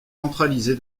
centralisé